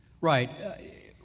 Right